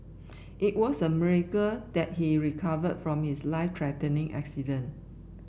it was a miracle that he recovered from his life threatening accident